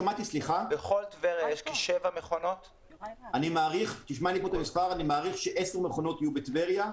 אני מעריך שיש עשר מכונות יהיו בטבריה.